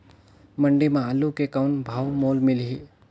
मंडी म आलू के कौन भाव मोल मिलही?